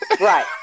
Right